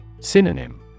Synonym